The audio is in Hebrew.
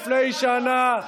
שר התקשורת יועז הנדל: לפני שנה,